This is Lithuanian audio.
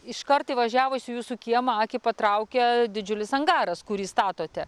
iškart įvažiavus į jūsų kiemą akį patraukia didžiulis angaras kurį statote